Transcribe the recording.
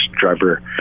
driver